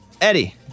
Eddie